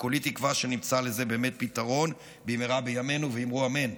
וכולי תקווה שנמצא לזה באמת פתרון במהרה בימינו ואמרו אמן.